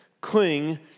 cling